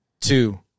two